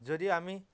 যদি আমি